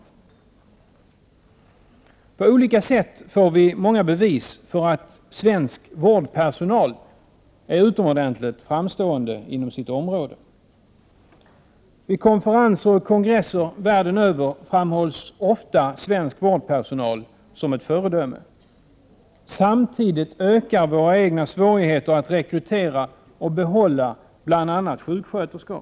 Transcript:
På olika sätt får vi bevis på att svensk vårdpersonal är utomordentligt framstående inom sitt område. Vid konferenser och kongresser världen över framhålls ofta svensk vårdpersonal som ett föredöme. Samtidigt ökas Sveriges svårigheter att rekrytera och behålla bl.a. sjuksköterskor.